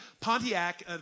Pontiac